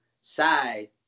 side